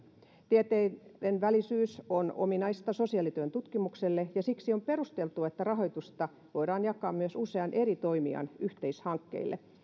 tieteidenvälisyys on ominaista sosiaalityön tutkimukselle ja siksi on perusteltua että rahoitusta voidaan jakaa myös usean eri toimijan yhteishankkeille